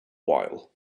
while